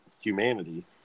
humanity